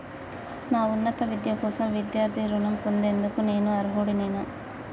నా ఉన్నత విద్య కోసం విద్యార్థి రుణం పొందేందుకు నేను అర్హుడినేనా?